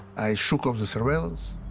i shook off the surveillance.